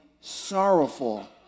sorrowful